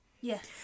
Yes